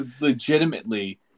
Legitimately